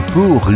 Pour